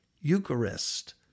Eucharist